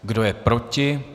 Kdo je proti?